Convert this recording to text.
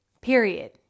period